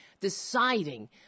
deciding